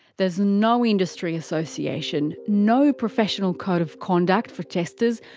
there's no industry association, no professional code of conduct for testers,